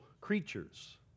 creatures